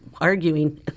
arguing